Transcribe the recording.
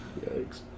Yikes